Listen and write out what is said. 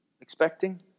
expecting